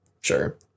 sure